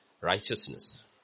Righteousness